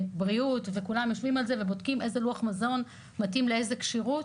מדובר על בריאות יושבים על זה ובודקים איזה לוח מזון מתאים לכל כשירות.